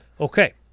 Okay